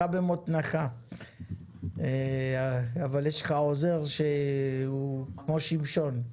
כוחך במותניך אבל יש לך עוזר שהוא כמו שמשון.